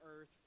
earth